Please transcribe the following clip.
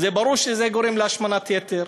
ברור שהוא גורם להשמנת יתר.